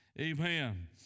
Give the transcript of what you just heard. Amen